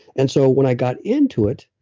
and so, when i got into it,